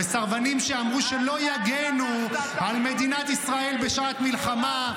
-- וסרבנים שאמרו שלא יגנו על מדינת ישראל בשעת מלחמה.